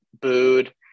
booed